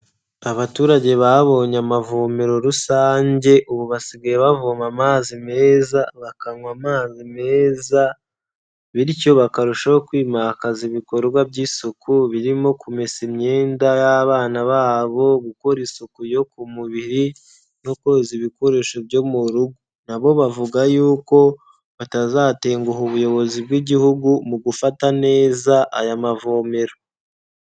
Abaturage babonye amavomero rusange ubu basigaye bavoma amazi meza, bakanywa amazi meza, bityo bakarushaho kwimakaza ibikorwa by'isuku birimo kumesa imyenda y'abana babo, gukora isuku yo ku mubiri no koza ibikoresho byo mu rugo. Na bo bavuga yuko batazatenguha Ubuyobozi bw'igihugu mu gufata neza aya mavomero.